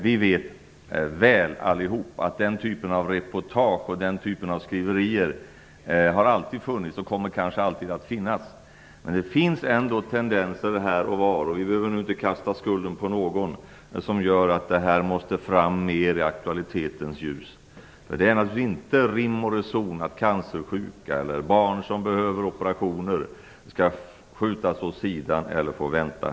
Vi vet väl alla att den typen av reportage och skriverier alltid har funnits och kanske alltid kommer att finnas, men det finns ändå tendenser här och var - vi behöver inte kasta skulden på någon - som gör att detta måste tas fram mer i aktualitetens ljus. Det är naturligtvis ingen rim och reson i att cancersjuka eller barn som behöver operationer skall skjutas åt sidan eller få vänta.